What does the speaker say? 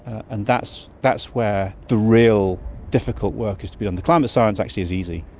and that's that's where the real difficult work is to be. um the climate science actually is easy.